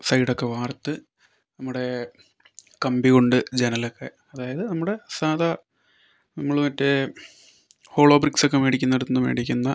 side ഒക്കെ വാർത്ത് നമ്മുടെ കമ്പി കൊണ്ട് ജനലൊക്കെ അതായത് നമ്മുടെ സാധാ നമ്മള് മറ്റേ ഹോളോബ്രിക്സ് ഒക്കെ മേടിക്കുന്നിടത്തുന്ന് മേടിക്കുന്ന